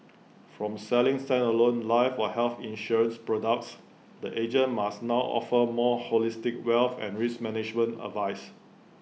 from selling standalone life or health insurance products the agent must now offer more holistic wealth and risk management advice